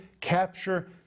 capture